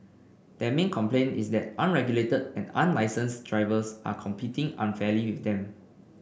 their main complaint is that unregulated and unlicensed drivers are competing unfairly with them